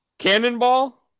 Cannonball